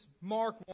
Mark